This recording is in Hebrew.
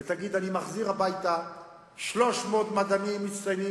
ותגיד: אני מחזיר הביתה 300 מדענים מצטיינים